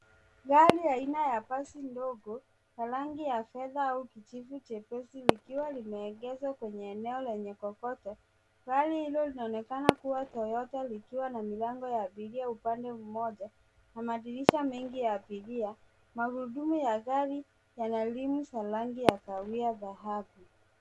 Gari aina ya basi ndogo la rangi ya fedha au kijivu jepesi likiwa limeegeshwa kwenye eneo lenye kokoto. Gari hilo linaonekana kuwa Toyota likiwa na milango ya abiria upande mmoja na madirisha mengi ya abiria. Magurudumu ya gari yana rimu za rangi ya kahawia dhahabu.